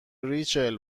ریچل